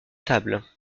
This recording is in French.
tables